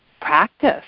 practice